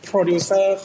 Producer